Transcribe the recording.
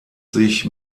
sich